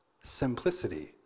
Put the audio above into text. simplicity